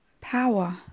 power